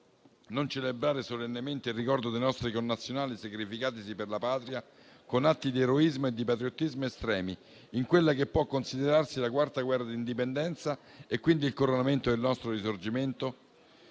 non celebrare solennemente il ricordo dei nostri connazionali sacrificatisi per la Patria con atti di eroismo e di patriottismo estremi in quella che può considerarsi la Quarta guerra d'indipendenza e quindi il coronamento del nostro Risorgimento?